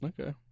Okay